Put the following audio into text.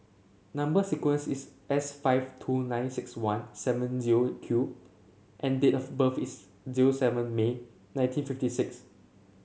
number sequence is S five two nine six one seven zero Q and date of birth is zero seven May nineteen fifty six